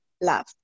love